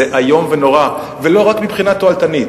זה איום נורא, ולא רק מבחינה תועלתנית.